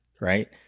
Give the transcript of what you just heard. right